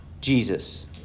Jesus